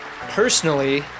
personally